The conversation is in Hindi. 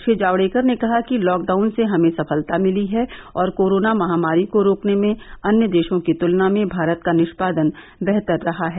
श्री जावडेकर ने कहा कि लॉकडाउन से हमें सफलता मिली है और कोरोना महामारी को रोकने में अन्य देशों की तुलना में भारत का निष्पादन बेहतर रहा है